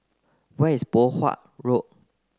where is Poh Huat Road